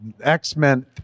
x-men